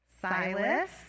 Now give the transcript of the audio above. Silas